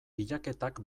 bilaketak